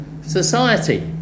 society